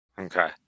Okay